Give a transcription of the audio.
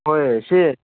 ꯍꯣꯏ ꯁꯦ